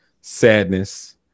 sadness